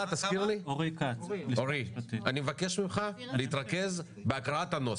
אורי, אני מבקש ממך שתתרכז בהקראת הנוסח.